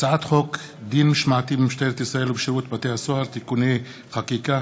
הצעת חוק דין משמעתי במשטרת ישראל ובשירות בתי-הסוהר (תיקוני חקיקה),